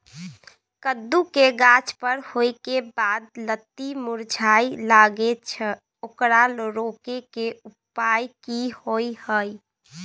कद्दू के गाछ बर होय के बाद लत्ती मुरझाय लागे छै ओकरा रोके के उपाय कि होय है?